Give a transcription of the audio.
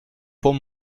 pont